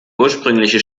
ursprüngliche